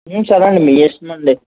సరేండి మీ ఇష్టమండి